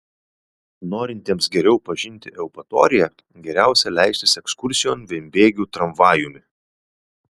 norintiems geriau pažinti eupatoriją geriausia leistis ekskursijon vienbėgiu tramvajumi